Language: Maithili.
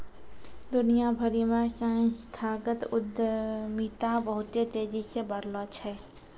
दुनिया भरि मे संस्थागत उद्यमिता बहुते तेजी से बढ़लो छै